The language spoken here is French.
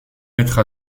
maître